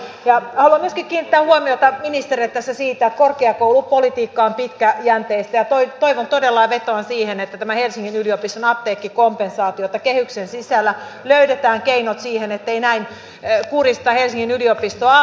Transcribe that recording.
haluan myöskin kiinnittää ministerin huomiota tässä siihen että korkeakoulupolitiikka on pitkäjänteistä ja todella vetoan siihen että helsingin yliopiston apteekkikompensaatiossa kehyksen sisällä löydetään keinot siihen ettei näin kurjisteta helsingin yliopistoa